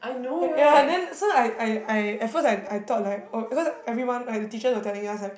y~ ya then so like I I at first I I thought like oh at first everyone like the teachers were telling us like